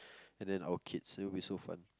and then our kids it would be so fun